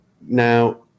now